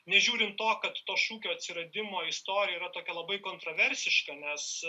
nežiūrint to kad to šūkio atsiradimo istorija yra tokia labai kontraversiška nes